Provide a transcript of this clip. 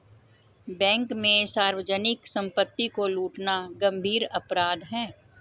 bank में सार्वजनिक सम्पत्ति को लूटना गम्भीर अपराध है